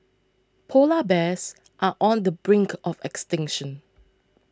Polar Bears are on the brink of extinction